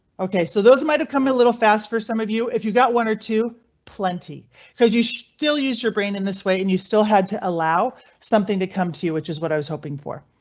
ok, so those might have come a little fast for some of you if you got one or two plenty cause you still use your brain in this way and you still had to allow something to come to you, which is what i was hoping for.